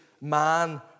man